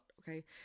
okay